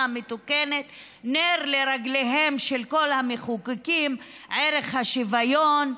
מתוקנת נר לרגליהם של כל המחוקקים: ערך השוויון,